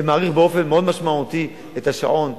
זה מאריך באופן מאוד משמעותי את השעון,